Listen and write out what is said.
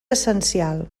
essencial